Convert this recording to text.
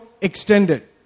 extended